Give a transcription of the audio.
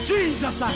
Jesus